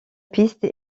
piste